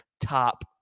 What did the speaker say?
top